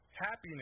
Happiness